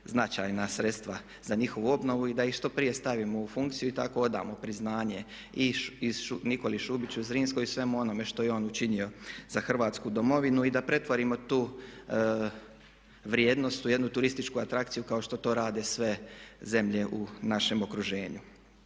značajna sredstva za njihovu obnovu i da ih što prije stavimo u funkciju i tako odamo priznanje i Nikoli Šubiću Zrinskom i svemu onome što je on učinio za hrvatsku domovinu i da pretvorimo tu vrijednost u jednu turističku atrakciju kao što to rade sve zemlje u našem okruženju.